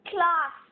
Class